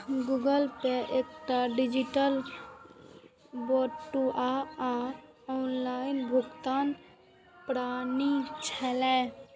Google Pay एकटा digital बटुआ आ ऑनलाइन भुगतान प्रणाली छियै